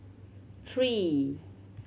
three